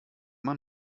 man